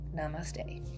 namaste